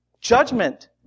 Judgment